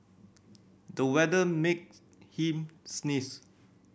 the weather made him sneeze